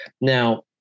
now